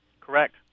Correct